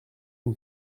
une